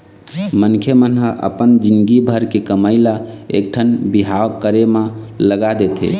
मनखे मन ह अपन जिनगी भर के कमई ल एकठन बिहाव करे म लगा देथे